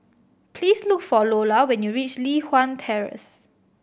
please look for Loula when you reach Li Hwan Terrace